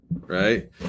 right